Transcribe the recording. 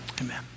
Amen